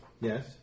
Yes